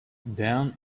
then